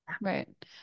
right